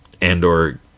Andor